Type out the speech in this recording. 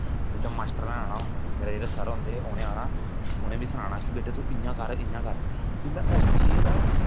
उत्थै मास्टरे ने आना मेरे जेहडे़ सर होंदे है उनें आना उनें मिगी सनाना कि वेटे तू इयां कर इयां कर फिर में उस चीज दा